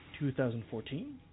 2014